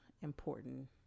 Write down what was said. important